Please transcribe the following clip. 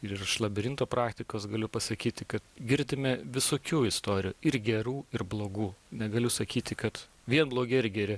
ir iš labirinto praktikos galiu pasakyti kad girdime visokių istorijų ir gerų ir blogų negaliu sakyti kad vien blogi ir geri